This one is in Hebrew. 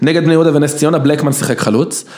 נגד בני יהודה הודה ונס ציונה בלקמן שיחק חלוץ